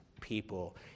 people